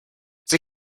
sie